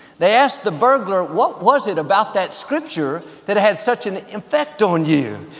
they asked the burglar, what was it about that scripture that had such an effect on you?